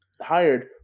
hired